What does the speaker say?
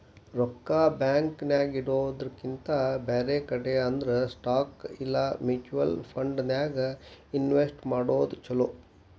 ರೊಕ್ಕಾ ಬ್ಯಾಂಕ್ ನ್ಯಾಗಿಡೊದ್ರಕಿಂತಾ ಬ್ಯಾರೆ ಕಡೆ ಅಂದ್ರ ಸ್ಟಾಕ್ ಇಲಾ ಮ್ಯುಚುವಲ್ ಫಂಡನ್ಯಾಗ್ ಇನ್ವೆಸ್ಟ್ ಮಾಡೊದ್ ಛಲೊ